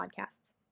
podcasts